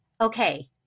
okay